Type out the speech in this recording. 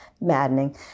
maddening